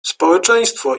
społeczeństwo